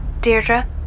Deirdre